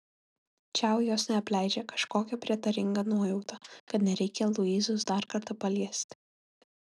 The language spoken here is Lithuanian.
čiau jos neapleidžia kažkokia prietaringa nuojauta kad nereikia luizos dar kartą paliesti